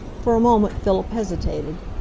for a moment philip hesitated.